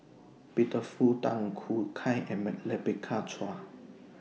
Peter Fu Tan Choo Kai and Chua